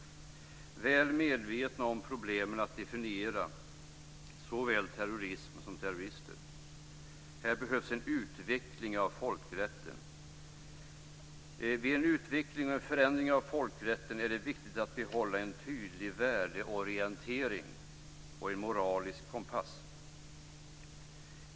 Vi är väl medvetna om problemen när det gäller att definiera såväl terrorism som terrorister. Här behövs en utveckling av folkrätten. Vid en utveckling och förändring av folkrätten är det viktigt att behålla en tydlig värdeorientering och en moralisk kompass.